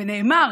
ונאמר